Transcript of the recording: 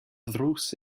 ddrws